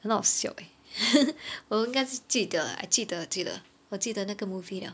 很好笑 leh 我是应该是记得 lah 记得记得我记得那个 movie liao